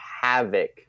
havoc